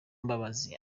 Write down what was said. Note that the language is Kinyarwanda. mbabazi